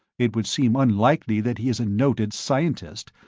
it would seem unlikely that he is a noted scientist,